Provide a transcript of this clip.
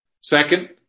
Second